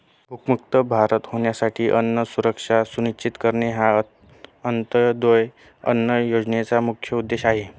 भूकमुक्त भारत होण्यासाठी अन्न सुरक्षा सुनिश्चित करणे हा अंत्योदय अन्न योजनेचा मुख्य उद्देश आहे